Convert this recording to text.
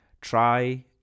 Try